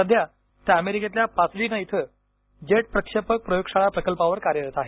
सध्या त्या अमेरिकेतील पासडीना इथं जेट प्रक्षेपक प्रयोगशाळा प्रकल्पावर कार्यरत आहेत